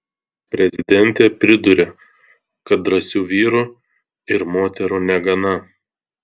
prezidentė priduria kad drąsių vyrų ir moterų negana